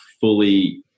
fully